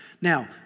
Now